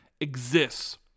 exists